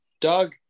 Doug